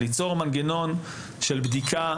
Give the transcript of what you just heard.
ליצור מנגנון של בדיקה,